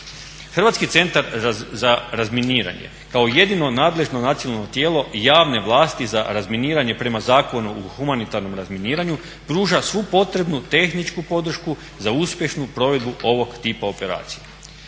Hrvatski centar za razminiranje kao jedino nadležno nacionalno tijelo javne vlasti za razminiranje prema Zakonu o humanitarnom razminiranju pruža svu potrebnu tehničku podršku za uspješnu provedbu ovog tipa operacija.